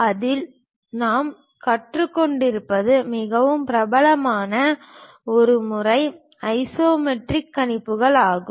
அதில் நாம் கற்றுக் கொண்டிருப்பது மிகவும் பிரபலமான ஒரு முறை ஐசோமெட்ரிக் கணிப்புகள் ஆகும்